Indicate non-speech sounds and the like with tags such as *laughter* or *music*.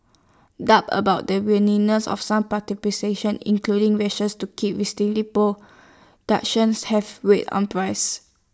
doubts about the willingness of some *unintelligible* including *unintelligible* to keep restricting productions have weighed on prices